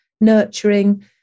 nurturing